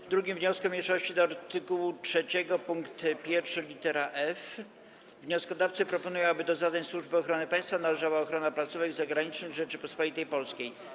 W 2. wniosku mniejszości do art. 3 pkt 1 lit. f wnioskodawcy proponują, aby do zadań Służby Ochrony Państwa należała ochrona placówek zagranicznych Rzeczypospolitej Polskiej.